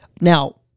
Now